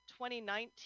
2019